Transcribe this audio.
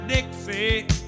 Dixie